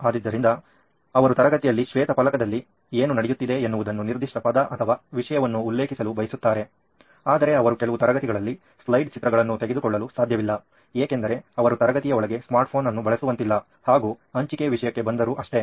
ಆದ್ದರಿಂದ ಅವರು ತರಗತಿಯಲ್ಲಿ ಶ್ವೇತ ಫಲಕದಲ್ಲಿ ಏನು ನಡೆಯುತ್ತಿದೆ ಎನ್ನುವುದನ್ನು ನಿರ್ದಿಷ್ಟ ಪದ ಅಥವಾ ವಿಷಯವನ್ನು ಉಲ್ಲೇಖಿಸಲು ಬಯಸುತ್ತಾರೆ ಆದರೆ ಅವರು ಕೆಲವು ತರಗತಿಗಳಲ್ಲಿ ಸ್ಲೈಡ್ ಚಿತ್ರಗಳನ್ನು ತೆಗೆದುಕೊಳ್ಳಲು ಸಾಧ್ಯವಿಲ್ಲ ಏಕೆಂದರೆ ಅವರು ತರಗತಿಯೊಳಗೆ ಸ್ಮಾರ್ಟ್ ಫೋನ್ ಅನ್ನು ಬಳಸುವಂತಿಲ್ಲ ಹಾಗೂ ಹಂಚಿಕೆ ವಿಷಯಕ್ಕೆ ಬಂದರು ಅಷ್ಟೇ